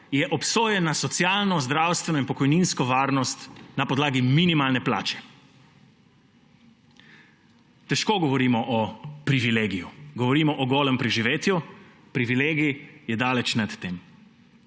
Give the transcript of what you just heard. je obsojen na socialno, zdravstveno in pokojninsko varnost na podlagi minimalne plače. Težko govorimo o privilegiju. Govorimo o golem preživetju, privilegij je daleč nad tem.